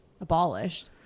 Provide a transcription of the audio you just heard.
abolished